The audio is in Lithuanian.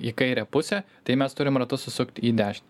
į kairę pusę tai mes turim ratus susukt į dešinę